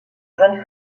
jeune